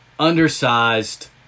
undersized